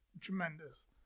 tremendous